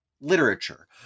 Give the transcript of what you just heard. literature